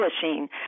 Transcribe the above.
publishing